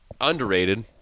underrated